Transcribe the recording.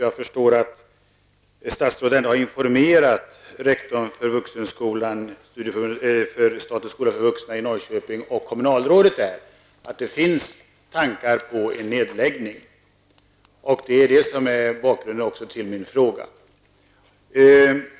Jag förstår att statsrådet ändå har informerat rektorn för statens skola för vuxna i Norrköping och kommunalrådet, och att det finns tankar på en nedläggning. Detta är bakgrunden till min fråga.